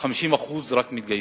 שרק 50% מתגייסים.